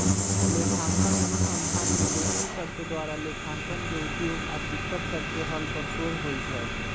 लेखांकन अनुसंधान में व्यक्ति सभके द्वारा लेखांकन के उपयोग आऽ दिक्कत सभके हल पर शोध होइ छै